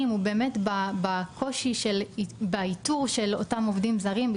שלנו הוא באיתור של אותם עובדים זרים,